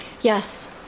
Yes